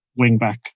wingback